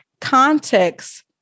context